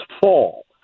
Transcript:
fall